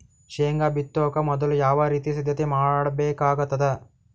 ಶೇಂಗಾ ಬಿತ್ತೊಕ ಮೊದಲು ಯಾವ ರೀತಿ ಸಿದ್ಧತೆ ಮಾಡ್ಬೇಕಾಗತದ?